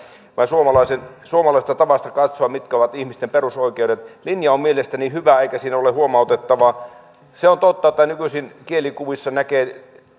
vaan suomalaisesta tavasta katsoa mitkä ovat ihmisten perusoikeudet linja on mielestäni hyvä eikä siinä ole huomautettavaa se on totta että nykyisin kielikuvissa näkee